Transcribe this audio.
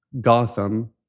Gotham